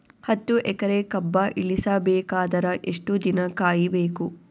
ಹತ್ತು ಎಕರೆ ಕಬ್ಬ ಇಳಿಸ ಬೇಕಾದರ ಎಷ್ಟು ದಿನ ಕಾಯಿ ಬೇಕು?